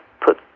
put